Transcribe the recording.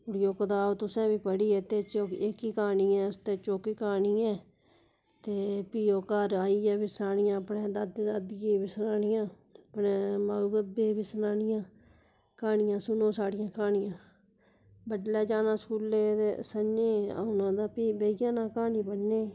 बी ओह् कताब तुसें बी पढ़ी ऐ ते एह्दे च एह्की क्हानी ऐ उसदे च ओह्की क्हानी ऐ ते फ्ही ओह् घर आइयै फ्ही सनानियां अपनी दादी दादियै गी बी सनानियां अपने माऊ बब्बै गी बी सनानियां क्हानियां सुनो साढ़ियां क्हानियां बड़लै जाना स्कूलै ते स'ञां औना ते फ्ही बेही जाना क्हानी पढ़ने